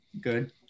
Good